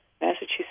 Massachusetts